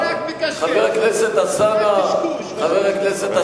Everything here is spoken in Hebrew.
חבר הכנסת אלסאנע,